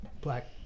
black